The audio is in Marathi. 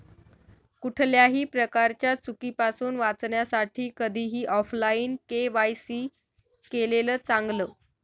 कुठल्याही प्रकारच्या चुकीपासुन वाचण्यासाठी कधीही ऑफलाइन के.वाय.सी केलेलं चांगल